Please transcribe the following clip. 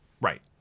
Right